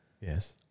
yes